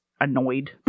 annoyed